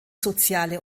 soziale